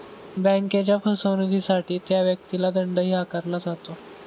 बँकेच्या फसवणुकीसाठी त्या व्यक्तीला दंडही आकारला जातो